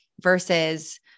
versus